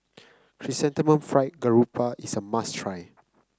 Chrysanthemum Fried Garoupa is a must try